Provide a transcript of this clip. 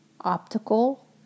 optical